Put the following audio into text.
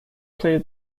played